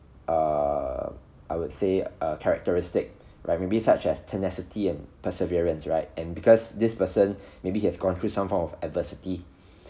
err I would say a characteristic right maybe such as tenacity and perseverance right and because this person maybe he have gone through some form of adversity